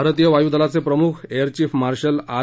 भारतीय वायुदलाचे प्रमुख एअर चीफ मार्शल आर